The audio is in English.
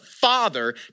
Father